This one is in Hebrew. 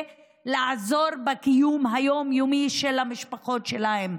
לעזור בקיום היום-יומי של המשפחות שלהן.